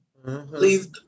Please